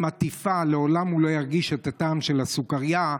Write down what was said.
עטיפה לעולם לא ירגיש את הטעם של הסוכרייה,